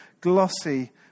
glossy